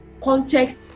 context